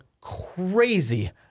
crazy